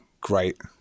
great